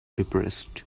depressed